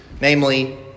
namely